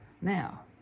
Now